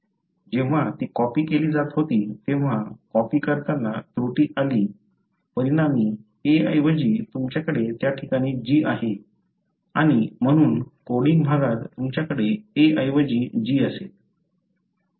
जेव्हा ती कॉपी केली जात होती तेव्हा कॉपी करताना त्रुटी आली परिणामी A ऐवजी तुमच्याकडे त्या ठिकाणी G आहे आणि म्हणून कोडिंग भागात तुमच्याकडे A ऐवजी G असेल